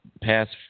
past